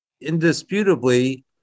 indisputably